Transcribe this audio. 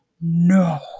No